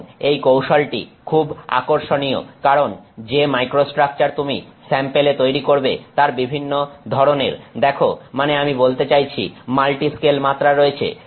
এখন এই কৌশলটি খুবই আকর্ষণীয় কারণ যে মাইক্রোস্ট্রাকচার তুমি স্যাম্পেলে তৈরি করবে তার বিভিন্ন ধরনের দেখ মানে আমি বলতে চাইছি মাল্টি স্কেল মাত্রা রয়েছে